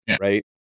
right